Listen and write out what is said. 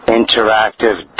interactive